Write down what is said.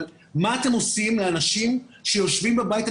אבל מה אתם עושים לאנשים שיושבים בבית.